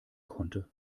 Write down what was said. konnte